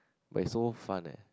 but it's so fun eh